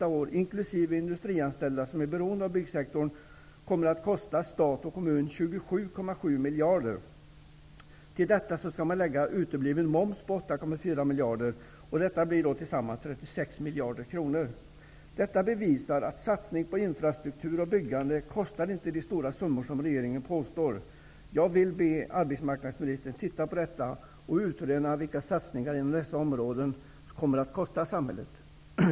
arbetslösheten för anställda inom den del av industrisektorn som är beroende av byggsektorn -- kommer att kosta stat och kommun 27,7 miljarder kronor nästa år. Till detta skall man lägga utebliven moms på 8,4 miljarder kronor. Det blir tillsammans 36 miljarder kronor. Detta bevisar att satsning på infrastruktur och byggande inte kostar de stora summor som regeringen påstår. Jag vill be arbetsmarknadsministern att titta på detta och utröna vad satsningar inom dessa områden kommer att kosta samhället.